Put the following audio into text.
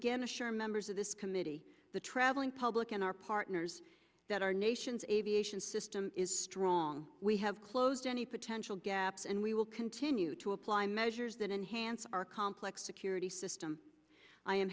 assure members of this committee the traveling public and our partners that our nation's aviation system is strong we have closed any potential gaps and we will continue to apply measures that enhance our complex security system i am